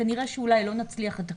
וכנראה שאולי לא נצליח את הכול,